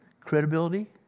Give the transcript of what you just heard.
credibility